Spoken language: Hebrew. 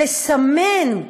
לסמן,